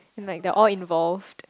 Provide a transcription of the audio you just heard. and like they're all involved